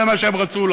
זה מה שהם רצו,